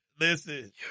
listen